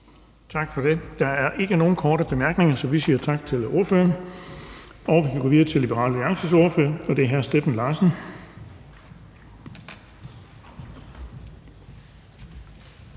Bonnesen): Der er ikke nogen korte bemærkninger, så vi siger tak til ordføreren. Vi kan gå videre til Liberal Alliances ordfører, og det er hr. Steffen Larsen.